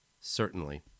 Certainly